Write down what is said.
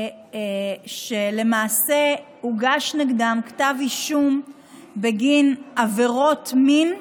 שלמעשה הוגש נגדם כתב אישום בגין עבירות מין,